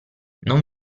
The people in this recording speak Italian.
non